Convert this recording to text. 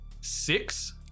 six